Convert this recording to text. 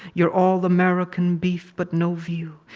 your all-american beef but no veal.